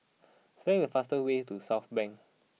select the fast way to Southbank